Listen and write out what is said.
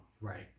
Right